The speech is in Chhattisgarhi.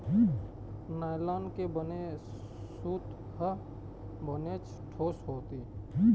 नायलॉन के बने सूत ह बनेच ठोस होथे